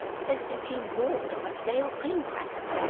so simply gnawed on a stale cream cracker.